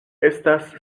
estas